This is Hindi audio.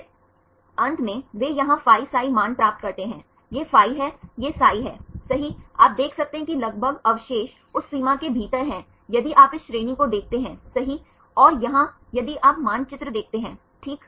फिर अंत में वे यहाँ phi psi मान प्राप्त करते हैं यह phi है यह psi है सही आप देख सकते हैं कि लगभग अवशेष उस सीमा के भीतर हैं यदि आप इस श्रेणी को देखते हैं सही और यहाँ यदि आप मानचित्र देखते हैं ठीक